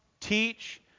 teach